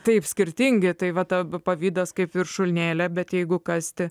taip skirtingi tai va ta pavydas kaip viršūnėlė bet jeigu kasti